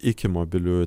iki mobiliųjų